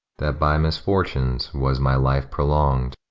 that by misfortunes was my life prolong'd,